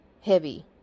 heavy